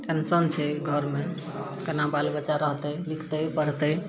tension छै घरमे केना बाल बच्चा रहतय लिखतय पढ़तय